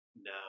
No